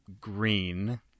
green